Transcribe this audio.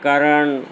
कारण